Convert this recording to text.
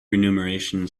renumeration